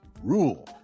rule